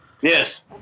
Yes